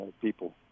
People